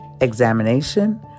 examination